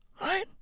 Right